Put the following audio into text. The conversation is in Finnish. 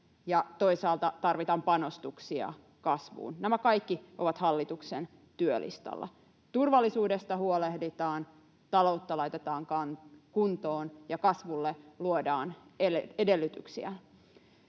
toisaalta tarvitaan panostuksia kasvuun. Nämä kaikki ovat hallituksen työlistalla: turvallisuudesta huolehditaan, taloutta laitetaan kuntoon ja kasvulle luodaan edellytyksiä.